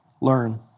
Learn